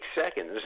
seconds